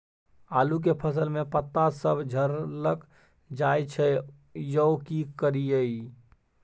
आलू के फसल में पता सब झरकल जाय छै यो की करियैई?